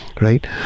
right